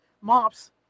Mops